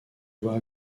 voit